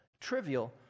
trivial